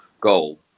goal